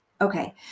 Okay